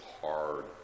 hard